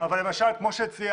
אבל למשל, כמו שהציע